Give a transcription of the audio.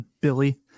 Billy